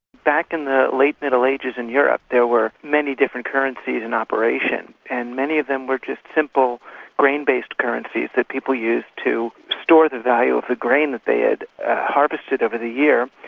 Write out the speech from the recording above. back in the late middle ages in europe there were many different currencies in operation, and many of them were just simple grain-based currencies that people used to store the value of the grain that they'd harvested over the year,